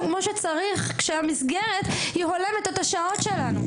כמו שצריך כשהמסגרת הולמת את השעות שלנו.